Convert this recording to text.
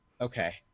Okay